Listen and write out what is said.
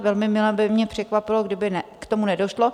Velmi mile by mě překvapilo, kdyby k tomu nedošlo.